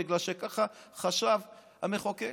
בגלל שככה חשב המחוקק.